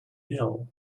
ill